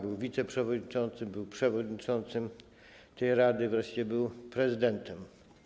Był wiceprzewodniczącym, przewodniczącym tej rady, wreszcie prezydentem.